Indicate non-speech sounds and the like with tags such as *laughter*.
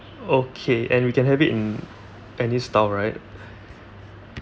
okay and we can have it in any style right *breath*